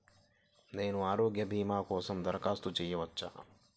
నేను ఆరోగ్య భీమా కోసం దరఖాస్తు చేయవచ్చా?